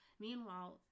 Meanwhile